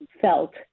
felt